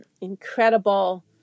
Incredible